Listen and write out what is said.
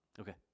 Okay